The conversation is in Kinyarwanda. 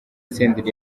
senderi